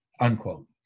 unquote